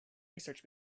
research